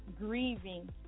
grieving